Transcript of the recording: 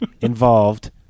involved